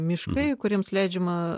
miškai kuriems leidžiama